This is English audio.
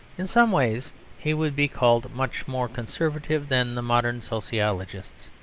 in some ways he would be called much more conservative than the modern sociologists,